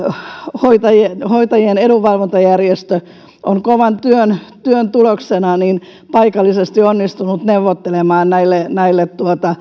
hoitajien hoitajien edunvalvontajärjestö on kovan työn työn tuloksena paikallisesti onnistunut neuvottelemaan näille näille